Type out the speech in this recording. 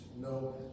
no